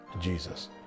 Jesus